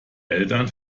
eltern